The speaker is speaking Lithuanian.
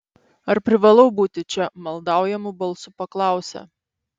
ar privalau būti čia maldaujamu balsu paklausė